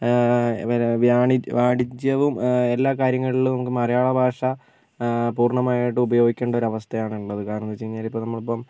വാണി വാണിജ്യവും എല്ലാ കാര്യങ്ങളിലും നമുക്ക് മലയാള ഭാഷ പൂർണ്ണമായിട്ടും ഉപയോഗിക്കേണ്ട ഒരു അവസ്ഥയാണുള്ളത് കാരണം എന്ത് വച്ച് കഴിഞ്ഞാൽ നമ്മളിപ്പം